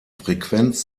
frequenz